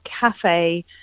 cafe